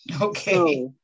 Okay